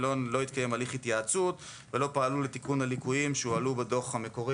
לא התקיים הליך התייעצות ולא פעלו לתיקון הליקויים שהועלו בדוח המקורי